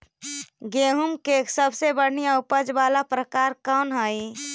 गेंहूम के सबसे बढ़िया उपज वाला प्रकार कौन हई?